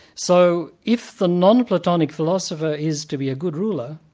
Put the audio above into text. so, if the non-platonic philosopher is to be a good ruler,